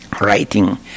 Writing